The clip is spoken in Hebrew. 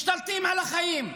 משתלטים על החיים.